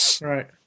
right